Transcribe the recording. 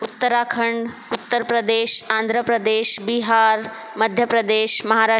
Uttarakhand Uttar Pradesh Andhra Pradesh Bihar Madhya Pradesh Maharashtra